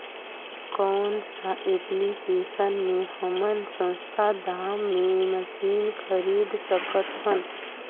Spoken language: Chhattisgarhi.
कौन सा एप्लिकेशन मे हमन सस्ता दाम मे मशीन खरीद सकत हन?